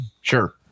Sure